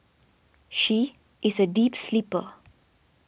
she is a deep sleeper